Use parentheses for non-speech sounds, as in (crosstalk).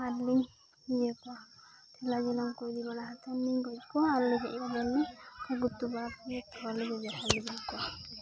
ᱟᱨᱞᱤᱧ ᱤᱭᱟᱹ ᱠᱚᱣᱟ ᱴᱷᱮᱞᱟ ᱡᱟᱞᱟᱢ ᱠᱚ ᱤᱫᱤ ᱵᱟᱲᱟ ᱠᱟᱛᱮᱫ ᱞᱤᱧ ᱜᱚᱡ ᱠᱚᱣᱟ ᱟᱨᱞᱤᱧ (unintelligible) ᱜᱩᱛᱩ ᱵᱟᱲᱟ (unintelligible)